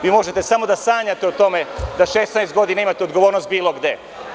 Vi možete samo da sanjate o tome da 16 godina imate odgovornost bilo gde.